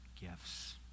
gifts